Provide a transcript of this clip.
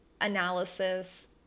analysis